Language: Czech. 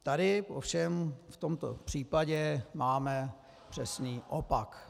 Tady ovšem v tomto případě máme přesný opak.